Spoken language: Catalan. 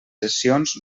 sessions